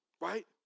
right